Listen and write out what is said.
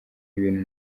ibintu